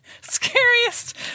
scariest